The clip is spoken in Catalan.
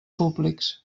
públics